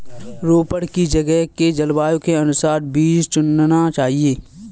रोपड़ की जगह के जलवायु के अनुसार बीज चुनना चाहिए